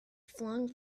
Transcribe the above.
flung